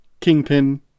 Kingpin